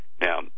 Now